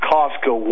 Costco